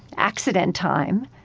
accident time.